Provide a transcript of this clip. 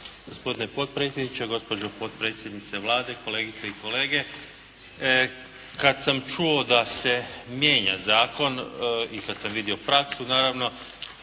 Gospodine potpredsjedniče, gospođo potpredsjednice Vlade, kolegice i kolege. Kad sam čuo da se mijenja zakon i kad sam vidio praksu naravno,